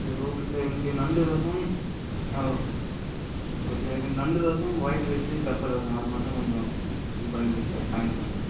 சரி okay sir எனக்கு நண்டு ரசம் ஆ ஓ ஓகே எனக்கு நண்டு ரசம் ஒயிட் ரைஸ்ஸு பெப்பர் ரசம் அது மட்டும் கொஞ்சம் கொஞ்சம் பண்ணிவிடுங்க சார் ஃபைனல் பண்ணிவிடுங்க